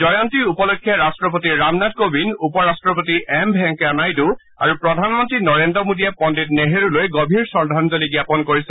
জয়ন্তী উপলক্ষে ৰাট্টপতি ৰামনাথ কোবিন্দ উপ ৰাট্টপতি এম ভেংকায়া নাইডু আৰু প্ৰধানমন্ত্ৰী নৰেন্দ্ৰ মোদীয়ে পণ্ডিত নেহৰুলৈ গভীৰ শ্ৰদ্ধাঞ্জলি জ্ঞাপন কৰিছে